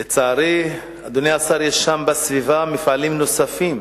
לצערי, אדוני השר, יש שם בסביבה מפעלים נוספים,